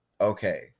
okay